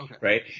Right